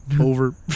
Over